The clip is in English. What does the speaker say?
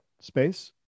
space